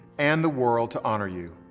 and the world to honor you.